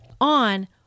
on